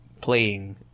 playing